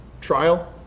trial